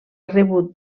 rebut